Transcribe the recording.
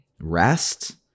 rest